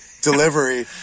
delivery